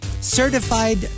certified